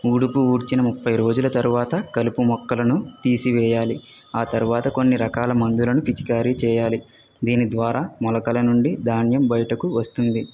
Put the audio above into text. ఊడుపు ఊడ్చిన ముప్పై రోజుల తర్వాత కలుపు మొక్కలను తీసివేయాలి ఆ తర్వాత కొన్ని రకాల మందులను పిచికారి చేయాలి దీని ద్వారా మొలకల నుండి ధాన్యం బయటకు వస్తుంది